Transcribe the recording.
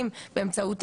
בחקלאות?